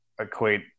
equate